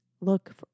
look